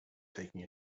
taking